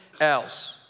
else